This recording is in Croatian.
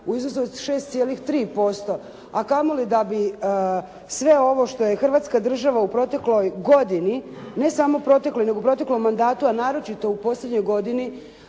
u iznosu od 6,3% a kamoli da bi sve ovo što je Hrvatska država u protekloj godini, ne samo protekloj nego proteklom mandatu, a naročito u posljednjoj godini